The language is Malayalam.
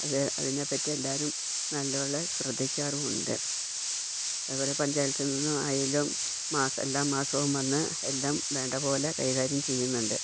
അത് അതിനെപ്പറ്റി എല്ലാവരും നല്ലതുപോലെ ശ്രദ്ധിക്കാറുമുണ്ട് അതുപോലെ പഞ്ചായത്തിൽ നിന്നും ആയാലും മാസം എല്ലാ മാസവും വന്ന് എല്ലാം വേണ്ടത് പോലെ കൈകാര്യം ചെയ്യുന്നുണ്ട്